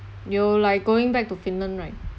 you like going back to finland right